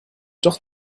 doch